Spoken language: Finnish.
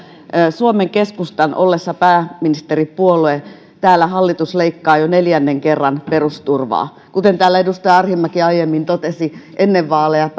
suomen keskustan ollessa pääministeripuolue täällä hallitus leikkaa jo neljännen kerran perusturvaa kuten täällä edustaja arhinmäki aiemmin totesi ennen vaaleja